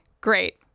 great